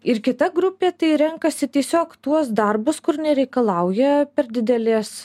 ir kita grupė tai renkasi tiesiog tuos darbus kur nereikalauja per didelės